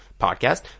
podcast